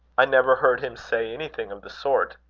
i never heard him say anything of the sort.